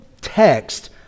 text